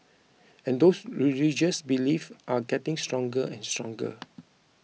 and those religious belief are getting stronger and stronger